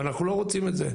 ואנחנו לא רוצים את זה.